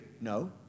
No